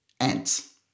ants